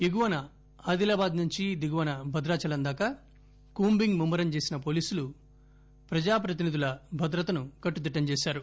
ఎగువన ఆదిలాబాద్ నుంచి దిగువన భద్రాచలం దాకా కూంబింగ్ ముమ్మ రం చేసిన పోలీసులు ప్రజాప్రతినిధుల భద్రతను కట్టుదిట్టం చేశారు